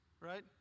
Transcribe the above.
right